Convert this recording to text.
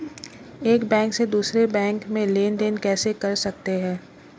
एक बैंक से दूसरे बैंक में लेनदेन कैसे कर सकते हैं?